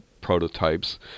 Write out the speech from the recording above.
prototypes